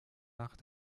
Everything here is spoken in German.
nach